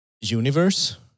universe